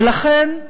ולכן,